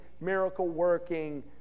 miracle-working